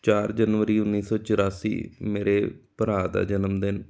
ਚਾਰ ਜਨਵਰੀ ਉੱਨੀ ਸੌ ਚੁਰਾਸੀ ਮੇਰੇ ਭਰਾ ਦਾ ਜਨਮਦਿਨ